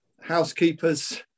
housekeepers